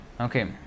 Okay